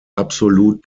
absolut